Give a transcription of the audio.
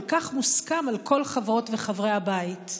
כל כך מוסכם על כל חברות וחברי הבית.